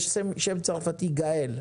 יש שם צרפתי גאל.